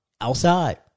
outside